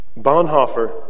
Bonhoeffer